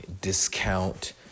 discount